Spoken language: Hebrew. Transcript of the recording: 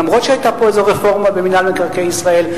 אף-על-פי שהיתה פה איזו רפורמה במינהל מקרקעי ישראל.